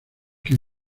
que